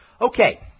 Okay